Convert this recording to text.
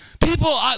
people